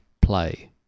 play